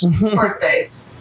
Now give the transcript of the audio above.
Birthdays